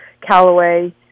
Callaway